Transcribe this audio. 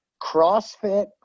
CrossFit